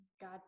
God